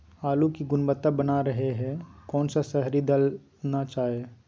आलू की गुनबता बना रहे रहे कौन सा शहरी दलना चाये?